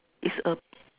it's a